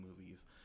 movies